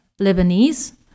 Lebanese